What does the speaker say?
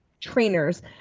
trainers